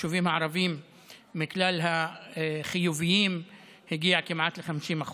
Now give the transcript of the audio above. ביישובים הערביים בכלל החיוביים הגיע כמעט ל-50%.